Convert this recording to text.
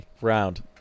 Round